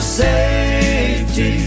safety